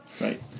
Right